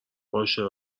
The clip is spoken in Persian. باشم